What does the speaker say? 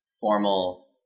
formal